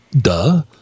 duh